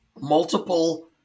Multiple